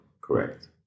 Correct